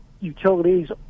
utilities